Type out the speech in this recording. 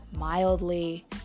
mildly